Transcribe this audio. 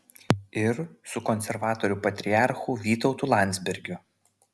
ir su konservatorių patriarchu vytautu landsbergiu